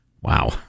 Wow